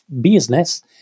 business